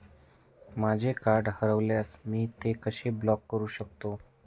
माझे कार्ड हरवल्यास मी ते कसे ब्लॉक करु शकतो?